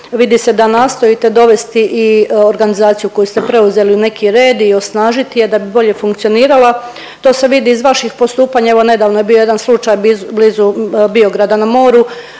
vidi se da nastojite dovesti i organizaciju koju ste preuzeli u neki red i osnažiti je da bolje funkcionirala. To se vidi iz vaših postupanja, evo nedavno je bio jedan slučaj blizu Biograda na moru